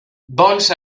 bons